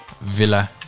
Villa